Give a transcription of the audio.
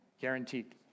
Guaranteed